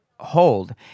hold